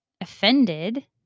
offended